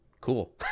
cool